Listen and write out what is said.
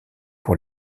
pour